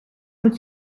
moet